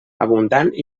abundant